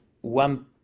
one